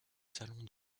salon